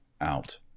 out